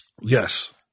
Yes